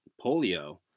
polio